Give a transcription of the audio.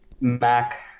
Mac